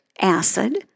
acid